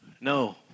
No